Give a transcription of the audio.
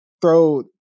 throw